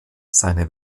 seine